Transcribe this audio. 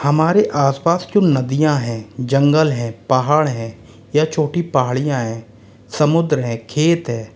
हमारे आस पास जो नदियाँ हैं जंगल है पहाड़ है या छोटी पहाड़ियाँ समुद्र है खेत है